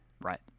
Right